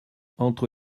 entre